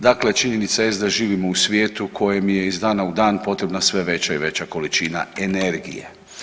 Dakle, činjenica jest da živimo u svijetu u kojem je iz dana u dan potrebna sve veća i veća količina energije.